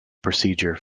procedure